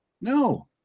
no